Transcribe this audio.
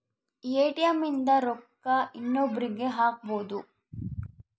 ATM ಇಂದ ರೊಕ್ಕ ಇನ್ನೊಬ್ರೀಗೆ ಹಕ್ಬೊದು